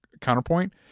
Counterpoint